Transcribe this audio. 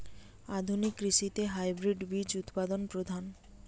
আধুনিক কৃষিতে হাইব্রিড বীজ উৎপাদন প্রধান